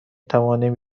توانیم